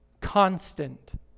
constant